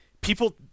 people